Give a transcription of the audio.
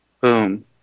Boom